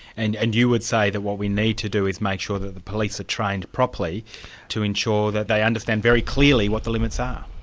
and and you would say that what we need to do is make sure that the police are trained properly to ensure that they understand very clearly what the limits are?